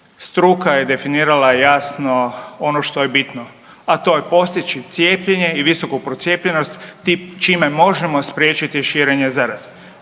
Struka je definirala jasno ono što je bitno, a to je postići cijepljenje i visoku procijepljenost čime možemo spriječiti širenje zaraze,